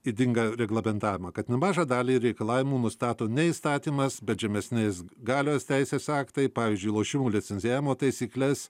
ydingą reglamentavimą kad nemažą dalį ir reikalavimų nustato ne įstatymas bet žemesnės galios teisės aktai pavyzdžiui lošimų licencijavimo taisykles